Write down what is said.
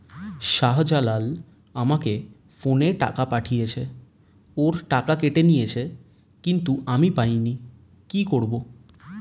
শাহ্জালাল আমাকে ফোনে টাকা পাঠিয়েছে, ওর টাকা কেটে নিয়েছে কিন্তু আমি পাইনি, কি করব?